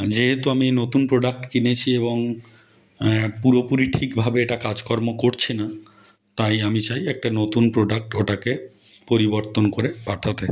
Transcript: যেহেতু আমি নতুন প্রোডাক্ট কিনেছি এবং পুরোপুরি ঠিকভাবে এটা কাজকর্ম করছে না তাই আমি চাই একটা নতুন প্রোডাক্ট ওটাকে পরিবর্তন করে পাঠাতে